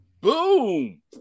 boom